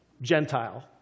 Gentile